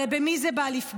הרי במי זה בא לפגוע?